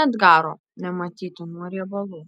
net garo nematyti nuo riebalų